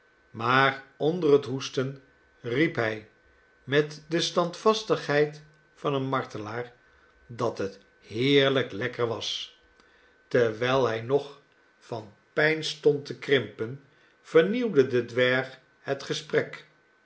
maar onder het hoesten riep hij met de standvastigheid van een martelaar dat het heerlijk lekker was terwijl hij nog van pijn stond te krimpen vernieuwde de dwerg het gesprek